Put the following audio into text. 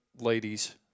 ladies